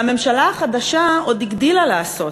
והממשלה החדשה עוד הגדילה לעשות.